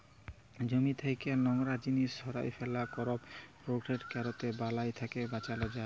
জমি থ্যাকে লংরা জিলিস সঁরায় ফেলা, করপ রটেট ক্যরলে বালাই থ্যাকে বাঁচালো যায়